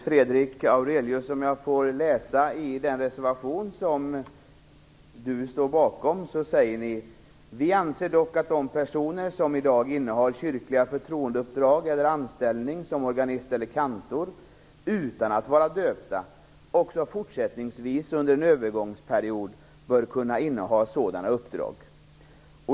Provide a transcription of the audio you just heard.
Fru talman! Om jag får läsa i den reservation som Nils Fredrik Aurelius står bakom, står det där: "Utskottet anser dock att de personer som i dag innehar kyrkliga förtroendeuppdrag eller anställning som organist eller kantor utan att vara döpta också fortsättningsvis under en övergångsperiod bör kunna inneha sådana uppdrag."